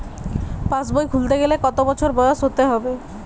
পাশবই খুলতে গেলে কত বছর বয়স হতে হবে?